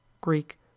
Greek